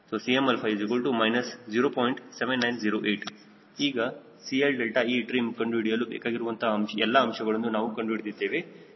ಕಂಡುಹಿಡಿಯಲು ಬೇಕಾಗಿರುವಂತಹ ಎಲ್ಲ ಅಂಶಗಳನ್ನು ನಾವು ಕಂಡುಹಿಡಿದಿದ್ದೇವೆ